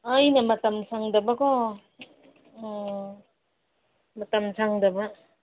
ꯑꯩꯅ ꯃꯇꯝ ꯁꯪꯗꯕꯀꯣ ꯎꯝ ꯃꯇꯝ ꯁꯪꯗꯕ